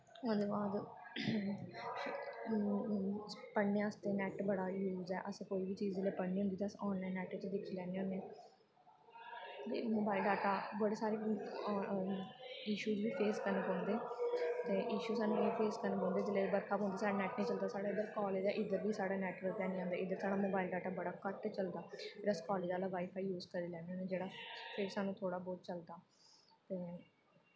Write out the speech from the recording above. ओह्दे बाद पढ़ने आस्तै नैट बड़ा यूज़ ऐ असें कोई बी जिसलै चीज़ पढ़नी होंदी ते अस आनलाइन नैट च दिक्खी लैन्ने होन्ने ते मोबाइल डाटा बड़े सारे इशू बी फेस करने पौंदे ते इशू सानूं एह् फेस करने पौंदे जिसलै बरखा पौंदी साढ़ा नैट निं चलदा साढ़ा इद्धर जेह्ड़ा कालेज़ ऐ इद्धर बी नैटवर्क है निं आंदे इद्धर साढ़ा मोबाइल डाटा बड़ा घट्ट चलदा फिर अस कालेज़ आह्ला वाई फाई यूज़ करी लैन्ने होन्ने जेह्ड़ा फिर सानूं थोह्ड़ा बौह्त चलदा ते